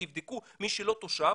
תבדקו מי שלא תושב,